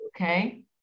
Okay